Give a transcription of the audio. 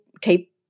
keep